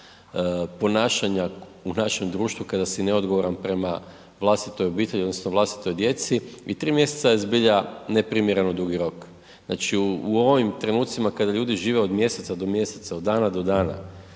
ponašanja u našem društvu kada si neodgovoran prema vlastitoj obitelji odnosno vlastitoj djeci i tri mjeseca je zbilja neprimjereno dugi rok, znači u ovim trenucima kada ljudi žive od mjeseca do mjeseca, od dana do dana,